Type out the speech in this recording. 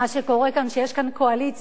מה שקורה כאן שיש כאן קואליציה,